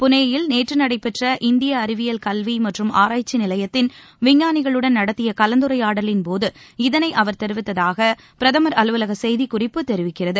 புனேயில் நேற்று நடைபெற்ற இந்திய அறிவியல் கல்வி மற்றும் ஆராய்ச்சி நிலையத்தின் விஞ்ஞானிகளுடன் நடத்திய கலந்துரையாடலின்போது இதனை அவர் தெரிவித்ததாக பிரதமர் அலுவலக செய்திக்குறிப்பு தெரிவிக்கிறது